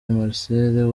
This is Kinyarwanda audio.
marcel